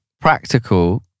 practical